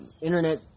internet